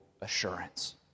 assurance